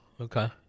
Okay